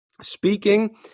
Speaking